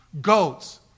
goats